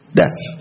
death